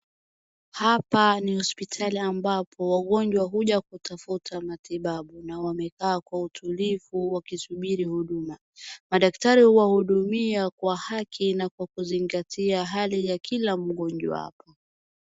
Hapa ni hospitali ambapo wagonjwa huja kutafuta matibabu na wamekaa kwa utulivu wakisubiri huduma. Madaktari huwahudumia kwa haki na kuzingatia hali ya kila mgonjwa hapa.